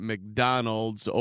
McDonald's